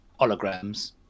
holograms